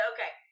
Okay